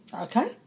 Okay